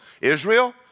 Israel